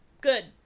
good